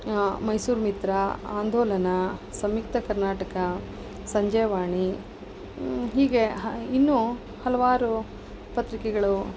ಮೈಸೂರು ಮಿತ್ರ ಆಂದೋಲನ ಸಂಯುಕ್ತ ಕರ್ನಾಟಕ ಸಂಜೆ ವಾಣಿ ಹೀಗೆ ಇನ್ನೂ ಹಲವಾರು ಪತ್ರಿಕೆಗಳು